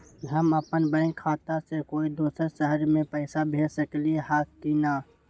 हम अपन बैंक खाता से कोई दोसर शहर में पैसा भेज सकली ह की न?